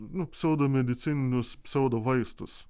nu pseudomedicininius pseudovaistus